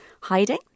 hiding